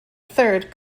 third